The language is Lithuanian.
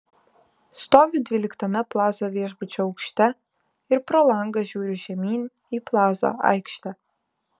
stoviu dvyliktame plaza viešbučio aukšte ir pro langą žiūriu žemyn į plaza aikštę